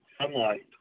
sunlight